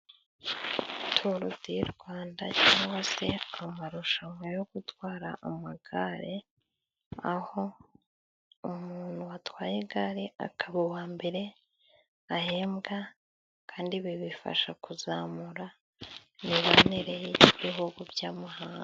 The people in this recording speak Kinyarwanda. Turudirwanda cyangwa se amarushanwa yo gutwara amagare, aho umuntu watwaye igare akaba uwa mbere, ahembwa kandi ibi bifasha kuzamura imibanire y'ibihugu by'amahanga.